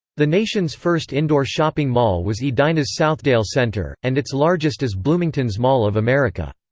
the nation's first indoor shopping mall was edina's southdale center, and its largest is bloomington's mall of america.